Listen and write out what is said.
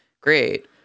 great